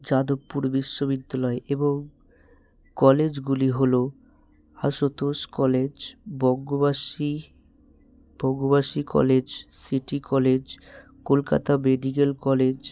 যাদবপুর বিশ্ববিদ্যালয় এবং কলেজগুলি হল Ashutosh college Bangabasi Bangabasi college city college Kolkata medical college